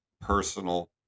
personal